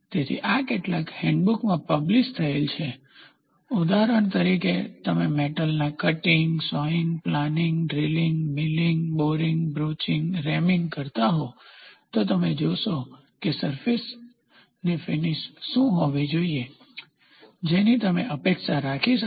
તેથી આ કેટલાક હેન્ડબુકમાં પબ્લીશ્ડ થયેલ છે ઉદાહરણ તરીકે તમે મેટલ ના cutting sawing planing drilling milling boring broaching reaming કરતા હોવ તો તમે જોશો કે સરફેસની ફીનીશ શું હોવી જોઈએ જેની તમે અપેક્ષા રાખી શકો